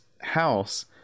house